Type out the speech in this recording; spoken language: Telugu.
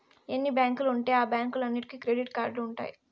ఎన్ని బ్యాంకులు ఉంటే ఆ బ్యాంకులన్నీటికి క్రెడిట్ కార్డులు ఉంటాయి